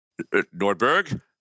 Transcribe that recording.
Nordberg